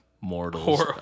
mortals